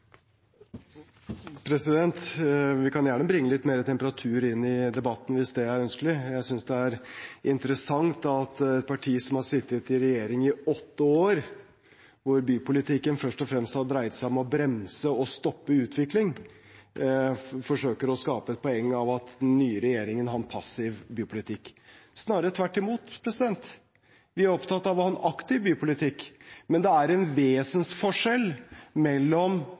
Vi kan gjerne bringe litt mer temperatur inn i debatten hvis det er ønskelig. Jeg synes det er interessant at et parti som har sittet i regjering i åtte år, hvor bypolitikken først og fremst har dreid seg om å bremse og stoppe utvikling, forsøker å skape et poeng av at den nye regjeringen har en passiv bypolitikk – det er snarere tvert imot. Vi er opptatt av å ha en aktiv bypolitikk, men det er en vesensforskjell mellom